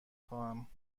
خواهم